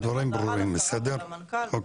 בסדר.